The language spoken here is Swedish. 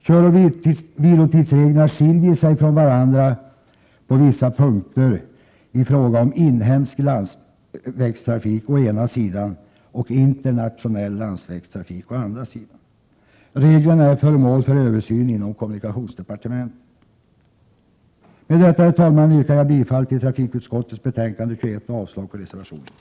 Köroch vilotidsreglerna skiljer sig från varandra på vissa punkter i fråga om inhemsk landsvägstrafik å ena sidan och internationell landsvägstrafik å andra sidan. Reglerna är föremål för översyn inom kommunikationsdepartementet. Herr talman! Med detta yrkar jag bifall till hemställan i trafikutskottets betänkande 21 och avslag på reservationerna.